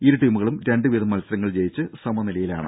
ഇരു ടീമുകളും രണ്ട് വീതം മൽസരങ്ങൾ ജയിച്ച് സമനിലയിലാണ്